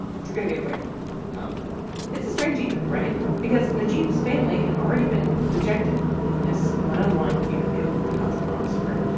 but you're going to get a waiver wow it's a strange email, right? because najeeb's family had already been rejected in this one-on-one interview with the consular officer.